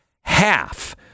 half